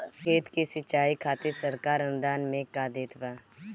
खेत के सिचाई खातिर सरकार अनुदान में का देत बा?